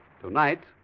Tonight